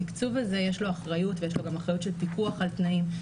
התקצוב הזה יש לו אחריות ויש לו גם אחריות של פיקוח על תנאים.